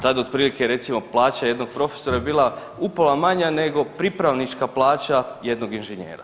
Tad otprilike recimo plaća jednog profesora je bila upola manja nego pripravnička plaća jednog inženjera.